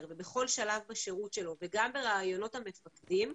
ובכל שלב בשירות שלו וגם בראיונות המפקדים,